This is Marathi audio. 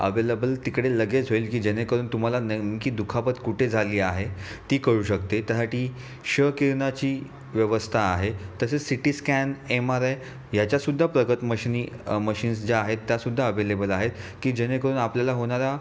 अवेलेबल तिकडे लगेच होईल की जेणेकरून तुम्हाला नेमकी दुखापत कुठे झाली आहे ती कळू शकते त्यासाठी क्ष किरणाची व्यवस्था आहे तसेच C T scan M R I ह्याच्यासुद्धा प्रगत मशनी मशीन्स ज्या आहेत त्यासुद्धा अवेलेबल आहेत की जेणेकरून आपल्याला होणारा